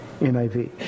NIV